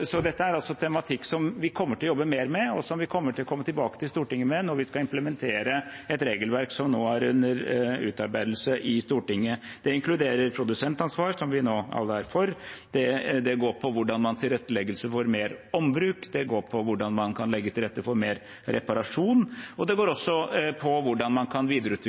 Dette er altså tematikk vi kommer til å jobbe mer med, og som vi kommer til å komme tilbake til Stortinget med når vi skal implementere et regelverk som nå er under utarbeidelse i Stortinget. Det inkluderer produsentansvar, som vi nå alle er for. Det går på hvordan man tilrettelegger for mer ombruk. Det går på hvordan man kan legge til rette for mer reparasjon. Og det går på hvordan man kan